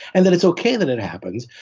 and then it's okay that it happens,